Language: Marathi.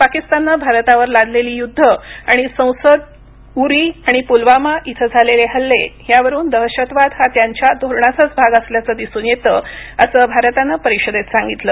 पाकिस्ताननं भारतावर लादलेली युद्धं आणि संसद उरी आणि पुलवामा इथं झालेले हल्ले यावरून दहशतवाद हा त्यांच्या धोरणाचाच भाग असल्याचे दिसून येतं असं भारतानं परिषदेत सांगितलं